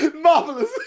Marvelous